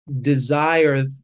desire